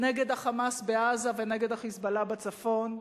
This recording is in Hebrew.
נגד ה"חמאס" בעזה ונגד ה"חיזבאללה" בצפון.